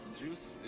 juice